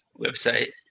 website